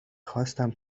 خواستم